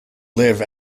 live